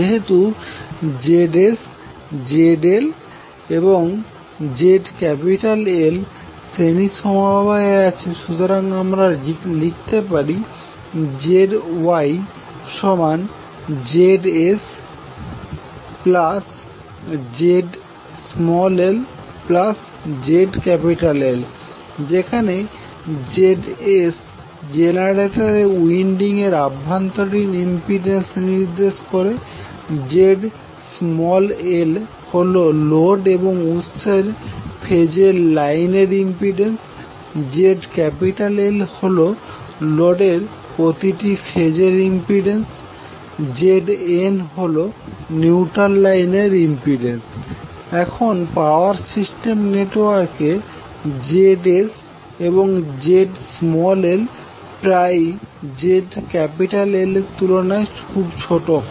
যেহেতু Zs Zlএবং ZLশ্রেণী সমবায় আছে সুতরাং আমরা লিখতে পারি ZYZsZlZL যেখানে Zs জেনারেটরের উইন্ডিং এর অভ্যন্তরীণ ইম্পিডেন্স নির্দেশ করে Zlহল লোড এবং উৎসের ফেজের লাইনের ইম্পিডেন্স ZL হল লোডের প্রতিটি প্রতিটি ফেজের ইম্পিডেন্স Znহল নিউট্রাল লাইনের ইম্পিডেন্স এখন পাওয়ার সিস্টেম নেটওয়ার্কে ZsএবংZl প্রায়ই ZLএর তুলনায় খুব ছোট হয়